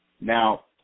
now